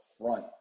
front